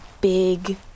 big